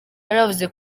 bavuze